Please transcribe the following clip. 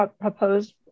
proposed